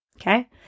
okay